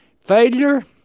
Failure